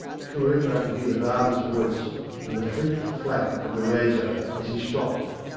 through it i could hear the barber's voice and the flick-flack of the razor as he stropped it.